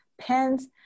pens